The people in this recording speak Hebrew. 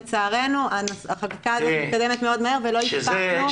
לצערנו החקיקה הזאת מתקדמת מאוד מהר ולא הספקנו.